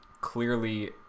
clearly